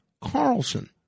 Carlson